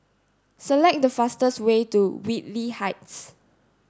select the fastest way to Whitley Heights